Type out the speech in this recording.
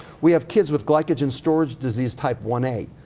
we have kids with glycogen storage disease type one a.